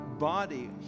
Body